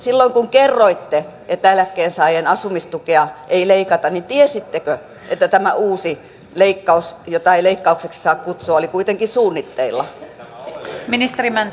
silloin kun kerroitte että eläkkeensaajien asumistukea ei leikata niin tiesittekö että tämä uusi leikkaus jota ei saa kutsua leikkaukseksi oli kuitenkin suunnitteilla